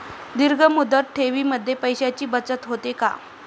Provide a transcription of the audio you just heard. दीर्घ मुदत ठेवीमध्ये पैशांची बचत होते का?